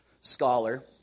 scholar